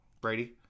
Brady